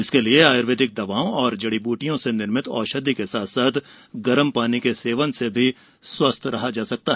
इसके लिये आयुर्वेदिक दवाओं और जड़ी बूटियों से निर्मित औषधि के साथ साथ गरम पानी के सेवन से भी स्वस्थ रहा जा सकता है